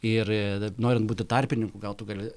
ir norint būti tarpininku gal tu gali